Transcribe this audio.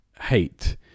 hate